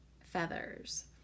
feathers